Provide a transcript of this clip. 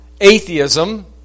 atheism